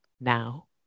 now